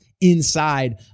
inside